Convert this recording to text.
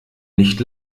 nicht